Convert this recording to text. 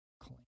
clean